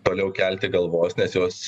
toliau kelti galvos nes jos